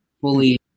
fully